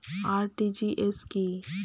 RTGS কি?